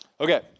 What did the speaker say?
Okay